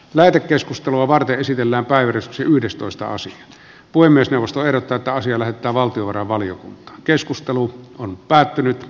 lähetekeskustelua varten esitellään väyrys yhdestoista asin puhemiesneuvosto erotetaan sille että valtiovarainvalio keskustelu on päättynyt